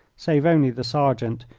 save only the sergeant,